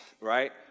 right